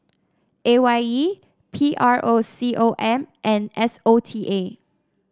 A Y E P R O C O M and S O T A